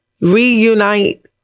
reunite